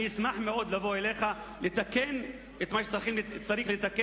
אני אשמח מאוד לבוא אליך, לתקן את מה שצריך לתקן,